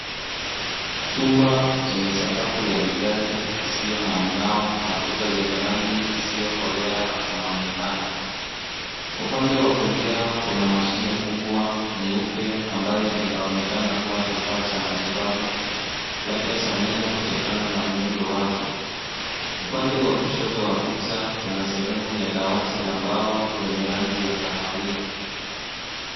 Chumba chenye sakafu ya vigae isiyo na mngao na kuta zenye rangi isiyokolea unaonekana. Upande wa kulia kuna mashine kubwa nyeupe ambayo inaonekana kuwa kifaa cha matibabu labda cha meno kutokana na muundo wake. Upande wa kushoto wa picha, kuna sehemu ya dawati ambalo lenye rangi ya kahawia.